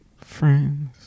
Friends